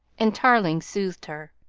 and tarling soothed her.